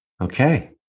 okay